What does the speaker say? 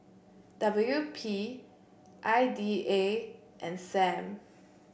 W P I D A and Sam